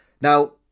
Now